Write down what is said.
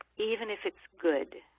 even if it's good,